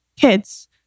kids